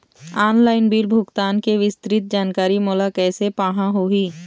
Online bill भुगतान के विस्तृत जानकारी मोला कैसे पाहां होही?